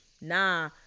nah